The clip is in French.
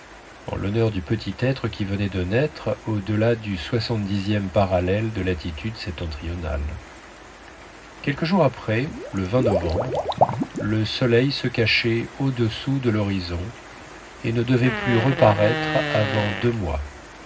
en l'honneur du petit être qui venait de naître au-delà du soixantedixième degré de latitude septentrionale quelques jours après le novembre le soleil se cachait audessous de l'horizon et ne devait plus reparaître avant deux mois